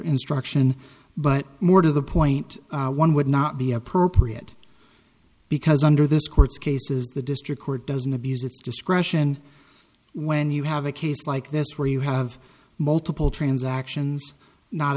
instruction but more to the point one would not be appropriate because under this court's cases the district court doesn't abuse its discretion when you have a case like this where you have multiple transactions not